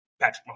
Patrick